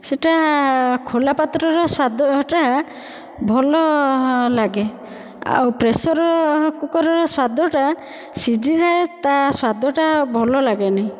ସେଟା ଖୋଲା ପାତ୍ରର ସ୍ଵାଦଟା ଭଲ ଲାଗେ ଆଉ ପ୍ରେସର କୁକର୍ର ସ୍ଵାଦଟା ସିଜିଯାଏ ତା ସ୍ଵାଦଟା ଭଲ ଲାଗେନି